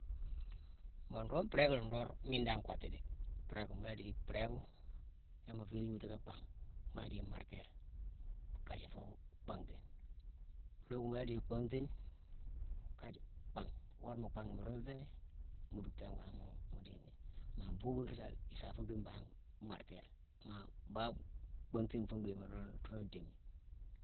Mbon nroog mpuréka nrood-miine dan nkottu dé. Mpurégma, mu la déye puréku, ni mu féérine gnoju ka bhangh: ma la déye mmartéle. Kayé fuu bhanghtine. Looku, mu la déye bhanghtine, kayé bhangh. Worama mu bhangh ni, mu runtatini, mu ducktane wama mu déye nini. Maa boobu nruu sa, isa fu dhi mbangh martéle. Maa baab-bhanghtine fu gwiima nune-rune démi.